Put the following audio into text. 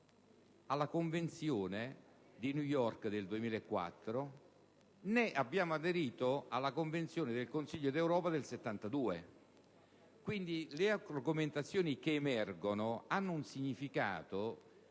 alla Convenzione di New York del 2004, né alla Convenzione del Consiglio d'Europa del 1972. Quindi, le argomentazioni emerse hanno un significato